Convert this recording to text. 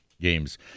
games